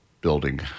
building